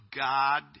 God